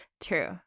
True